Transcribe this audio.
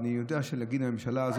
אני יודע שלהגיד "הממשלה הזאת",